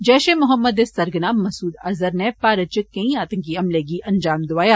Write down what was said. जैष ए मोहम्मद दे सरगना मसूद अजहर नै भारत च केई आतंकी हमलें गी अंजाम दोआया